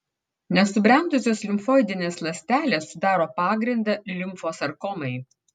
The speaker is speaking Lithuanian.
nesubrendusios limfoidinės ląstelės sudaro pagrindą limfosarkomai